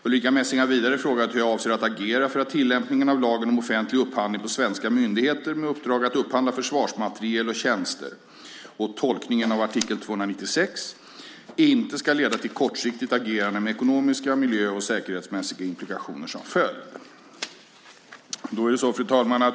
Ulrica Messing har vidare frågat hur jag avser att agera för att tillämpningen av lagen om offentlig upphandling på svenska myndigheter med uppdrag att upphandla försvarsmateriel och tjänster, och tolkningen av artikel 296, inte ska ledda till kortsiktigt agerande med ekonomiska, miljö och säkerhetsmässiga implikationer som följd.